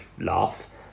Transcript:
laugh